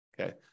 Okay